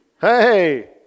Hey